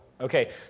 Okay